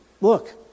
Look